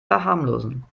verharmlosen